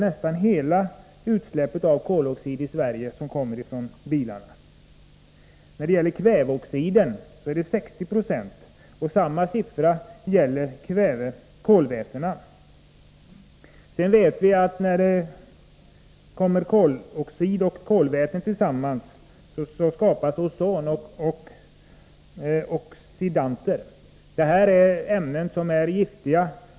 Nästan hela utsläppet av koloxid i Sverige kommer från bilarna. För kväveoxidutsläppet är siffran 60 26, och samma siffra gäller för utsläppet av kolväten. Vi vet också att koloxid och kolväten tillsammans skapar ozon och andra oxidanter. Det är ämnen som är giftiga.